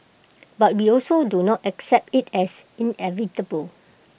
but we also do not accept IT as inevitable